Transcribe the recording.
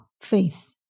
faith